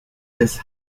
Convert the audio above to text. des